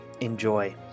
Enjoy